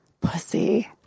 Pussy